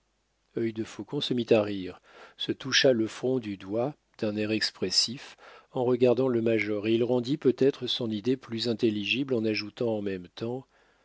semble œil de faucon se mit à rire se toucha le front du doigt d'un air expressif en regardant le major et il rendit peut-être son idée plus intelligible en ajoutant en même temps